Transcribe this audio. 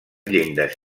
llindes